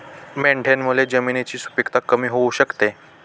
मेंढ्यांमुळे जमिनीची सुपीकता कमी होऊ शकते